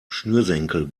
schnürsenkel